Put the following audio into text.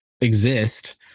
exist